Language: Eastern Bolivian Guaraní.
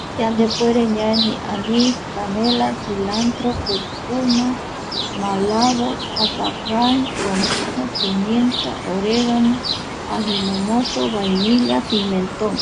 Yandepuere ñaenii, anis, canela, cilantro, curcuma, malavo, azafran comino pimienta oregano, ajinomoto, vainilla, pimenton.